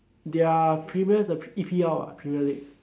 they are premier the E_P_L ah premier league